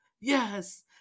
yes